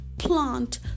plant